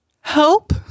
help